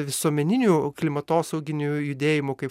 visuomeninių klimatosauginių judėjimų kaip